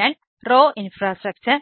അതിനാൽ RAW infrastructure